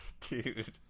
Dude